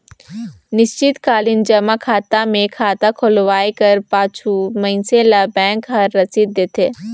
निस्चित कालीन जमा खाता मे खाता खोलवाए कर पाछू मइनसे ल बेंक हर रसीद देथे